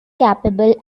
capable